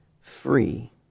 free